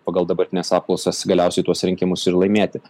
pagal dabartines apklausas galiausiai tuos rinkimus ir laimėti